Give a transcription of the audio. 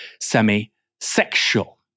semi-sexual